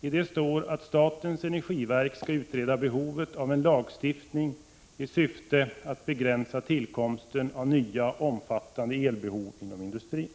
Där står att statens energiverk skall utreda behovet av en lagstiftning i syfte att begränsa tillkomsten av nya omfattande elbehov inom industrin.